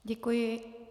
Děkuji.